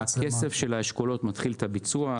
הכסף של האשכולות מתחיל את הביצוע.